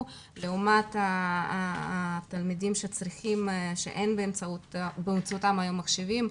לעומת התלמידים שאין להם היום מחשבים,